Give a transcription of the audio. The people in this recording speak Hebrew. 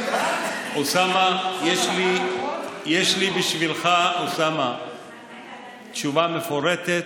אוסאמה, יש לי בשבילך תשובה מפורטת.